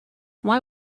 why